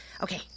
Okay